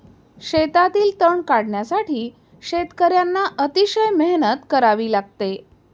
शेतातील तण काढण्यासाठी शेतकर्यांना अतिशय मेहनत करावी लागते